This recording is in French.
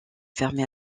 fermée